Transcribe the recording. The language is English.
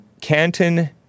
canton